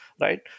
right